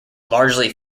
largely